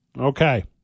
Okay